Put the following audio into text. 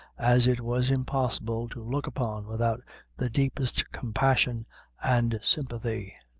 as it was impossible to look upon without the deepest compassion and sympathy.